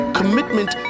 commitment